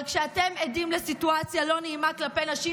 אבל כשאתם עדים לסיטואציה לא נעימה כלפי נשים,